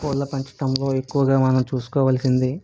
కోళ్ళ పెంచడంలో ఎక్కువగా మనం చూసుకోవల్సింది